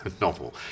novel